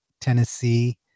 Tennessee